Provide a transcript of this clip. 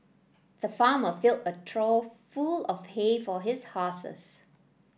the farmer filled a trough full of hay for his horses